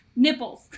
nipples